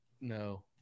no